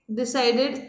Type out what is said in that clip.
decided